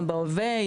גם בהווה,